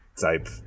type